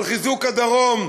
על חיזוק הדרום,